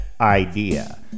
idea